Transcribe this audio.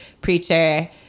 preacher